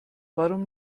warum